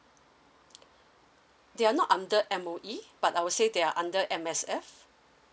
they are not under M_O_E but I would say they are under M_S_F